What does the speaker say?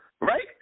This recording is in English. right